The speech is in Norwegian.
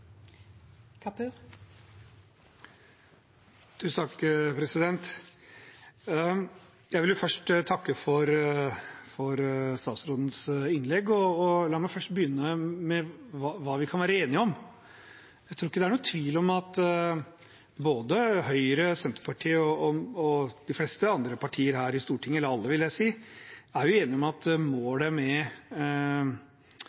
Jeg vil først takke for statsrådens innlegg, og la meg begynne med hva vi kan være enige om. Jeg tror ikke det er noen tvil om at både Høyre, Senterpartiet og de fleste andre partier her i Stortinget – ja, alle, vil jeg si – er enige om at